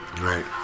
Right